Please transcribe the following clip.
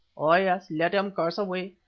oh, yes, let him curse away,